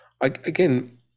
Again